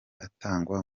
atangwa